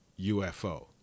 UFO